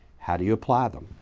how do you ply them?